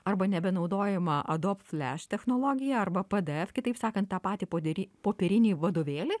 arba nebenaudojamą adobe flash technologiją arba pdf kitaip sakant tą patį podery popierinį vadovėlį